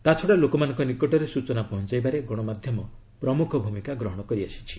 ତା'ଛଡ଼ା ଲୋକମାନଙ୍କ ନିକଟରେ ସ୍ନଚନା ପହଞ୍ଚାଇବାରେ ଗଣମାଧ୍ୟମ ପ୍ରମୁଖ ଭୂମିକା ଗ୍ରହଣ କରିଆସିଛି